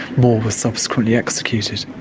more was subsequently executed.